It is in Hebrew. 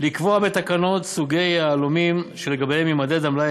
לקבוע בתקנות סוגי יהלומים שלגביהם יימדד המלאי